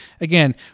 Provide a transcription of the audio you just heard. again